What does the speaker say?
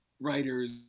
writers